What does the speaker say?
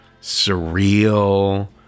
surreal